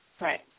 Right